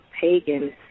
pagan